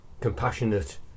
compassionate